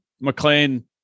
McLean